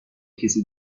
کسی